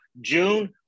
June